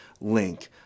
link